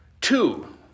Two